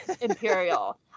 Imperial